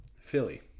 Philly